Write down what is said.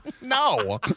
No